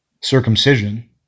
circumcision